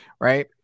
Right